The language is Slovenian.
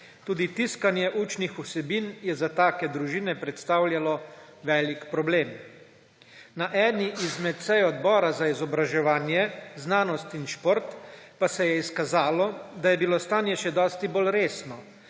Tudi tiskanje učnih vsebin je za take družine predstavljalo velik problem. Na eni izmed sej Odbora za izobraževanje, znanost, šport in mladino pa se je izkazalo, da je bilo stanje še dosti bolj resno,